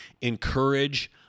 encourage